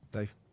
Dave